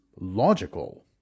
logical